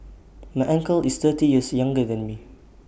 my uncle is thirty years younger than me